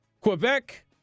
Quebec